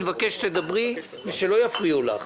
אני מבקש שתדברי ושלא יפריעו לך.